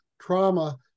trauma